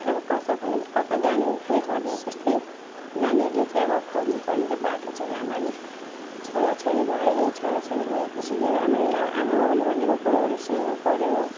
अब कताबाट कता जाने के गर्ने त्यस्तै नानीहरूले चाहिँ अब खोज्नुपऱ्यो नि त बाटो चाहिँ राम्ररी छोराछोरी भए छोराछोरी भएपछि त राम्ररी अब आमाबाउले भनेको कुरोहरू सुन्नुपऱ्यो